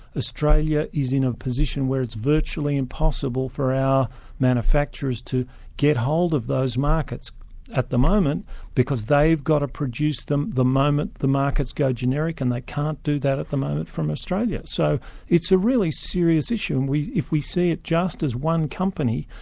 australia is in a position where it's virtually impossible for our manufacturers to get hold of those markets at the moment because they've got to produce them the moment the markets go generic and they can't do that at the moment from australia. so it's a really serious issue, and if we see it just as one company,